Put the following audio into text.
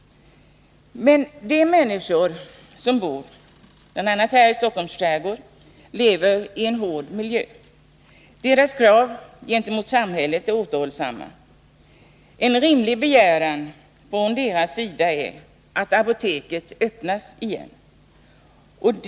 De människor som bor i Stockholms skärgård lever i en hård miljö. Deras krav gentemot samhället är återhållsamma. Det är en rimlig begäran från deras sida att apoteket i Dalarö öppnas igen.